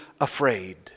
afraid